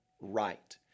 right